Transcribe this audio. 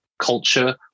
culture